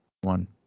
one